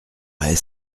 est